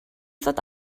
ddod